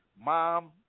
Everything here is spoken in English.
Mom